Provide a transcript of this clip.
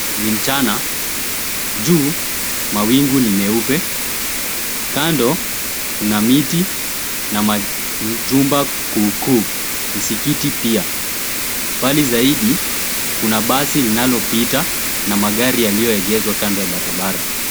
Ni mchana juu mawingu ni meupe, kando kuna miti na majumba kuu kuu msikiti pia. Mbali zaidi kuna basi linalopita na magari yaliyoegezwa kando ya barabara.